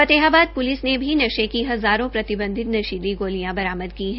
Fatehabad police ने भी नशे की हजारों प्रतिर्वेधित गोलियां बरामद की हैं